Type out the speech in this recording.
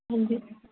हां जी